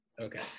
Okay